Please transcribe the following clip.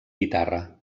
guitarra